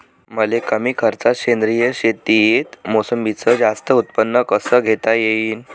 मले कमी खर्चात सेंद्रीय शेतीत मोसंबीचं जास्त उत्पन्न कस घेता येईन?